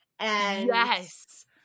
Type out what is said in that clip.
Yes